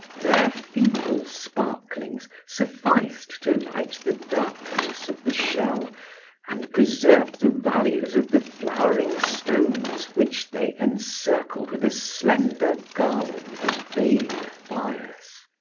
their feeble sparklings sufficed to light the darkness of the shell and preserved the values of the flowering stones which they encircled with a slender garland of vague fires.